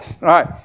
right